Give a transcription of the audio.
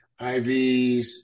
IVs